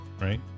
right